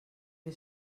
que